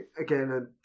again